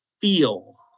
feel